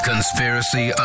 Conspiracy